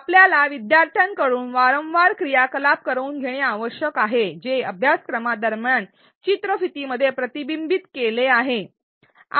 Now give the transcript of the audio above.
आपल्याला विद्यार्थ्यांकडून वारंवार क्रियाकलाप करवून घेणे आवश्यक आहे जे अभ्यासक्रमादरम्यान चित्रफिती मध्ये प्रतिबिंबित केले आहे